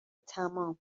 تمام